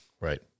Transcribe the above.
right